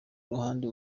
ruhande